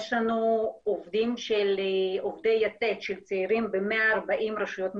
יש לנו עובדי 'יתד' של צעירים ב-140 רשויות מקומיות.